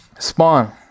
Spawn